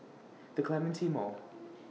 The Clementi Mall